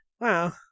Wow